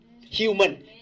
Human